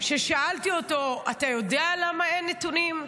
כששאלתי אותו: אתה יודע למה אין נתונים?